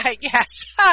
Yes